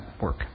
work